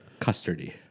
custardy